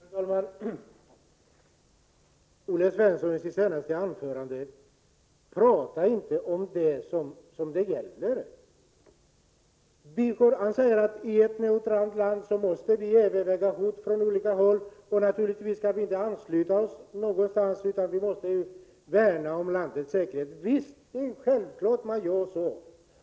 Fru talman! Olle Svensson talade i sitt senaste anförande inte om det saken gäller. Han sade att man i ett neutralt land måste överväga hot från olika håll, och naturligtvis kan vi inte ansluta oss åt något håll utan måste värna landets säkerhet. Visst, det är självklart.